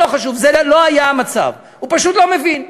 לא חשוב, זה לא היה המצב, הוא פשוט לא מבין.